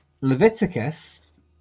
Leviticus